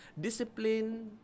discipline